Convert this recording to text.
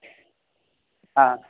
હા